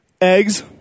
eggs